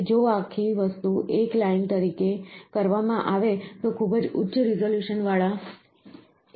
તેથી જો આખી વસ્તુ એક લાઇન તરીકે કરવામાં આવે તો ખૂબ જ ઉચ્ચ રીઝોલ્યુશનવાળા એક તબક્કામાં કામ થાય છે